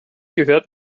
gehört